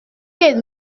êtes